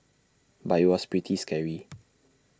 but IT was pretty scary